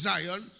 Zion